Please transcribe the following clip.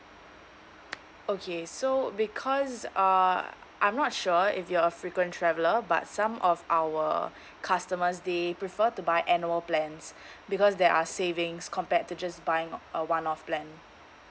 okay so because uh I'm not sure if you're a frequent traveler but some of our customers they prefer to buy annual plans because there are savings compared to just buying a one off plan